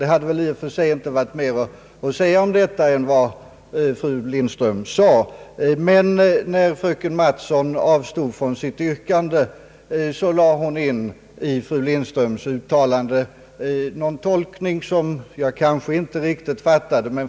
Det hade väl i och för sig inte varit mer att säga om detta än vad fru Lindström sade. Men när fröken Mattson avstod från sitt yrkande lade hon in i fru Lindströms uttalande en tolkning som jag kanske inte riktigt fattade.